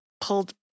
pulled